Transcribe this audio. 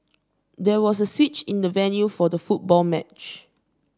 there was a switch in the venue for the football match